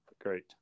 great